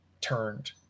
turned